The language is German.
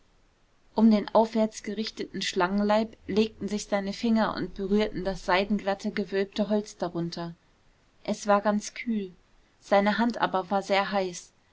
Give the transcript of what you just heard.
um den aufwärts gerichteten schlangenleib legten sich seine finger und berührten das seidenglatte gewölbte holz darunter es war ganz kühl seine hand aber war sehr heiß